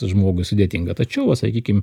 žmogui sudėtinga tačiau va sakykim